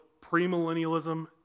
premillennialism